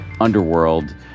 underworld